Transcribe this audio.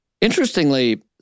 Interestingly